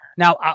Now